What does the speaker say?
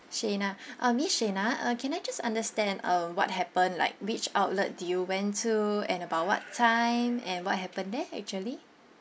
shena uh miss shena can I just understand uh what happened like which outlet do you went to and about what time and what happen there actually